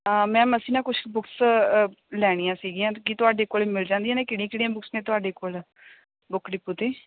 ਹਾਂ ਮੈਮ ਅਸੀਂ ਨਾ ਕੁਛ ਬੁੱਕਸ ਲੈਣੀਆਂ ਸੀਗੀਆਂ ਕੀ ਤੁਹਾਡੇ ਕੋਲ ਮਿਲ ਜਾਂਦੀਆਂ ਨੇ ਕਿਹੜੀਆਂ ਕਿਹੜੀਆਂ ਬੁੱਕਸ ਨੇ ਤੁਹਾਡੇ ਕੋਲ ਬੁੱਕ ਡਿਪੂ 'ਤੇ